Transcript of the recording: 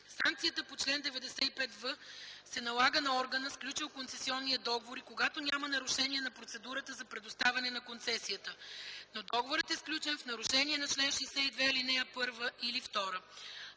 Санкцията по чл. 95в се налага на органа, сключил концесионния договор, и когато няма нарушение на процедурата за предоставяне на концесията, но договорът е сключен в нарушение на чл. 62, ал. 1 или 2.